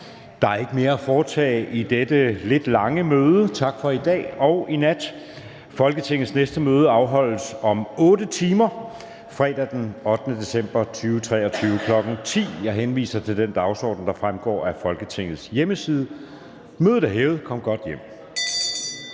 Der er ikke mere at foretage i dette lidt lange møde. Tak for i dag og i nat. Folketingets næste møde afholdes om 8 timer, nemlig fredag den 8. december 2023, kl. 10.00. Jeg henviser til den dagsorden, der fremgår af Folketingets hjemmeside. Mødet er hævet. (Kl. 01:53).